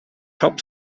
top